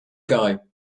guy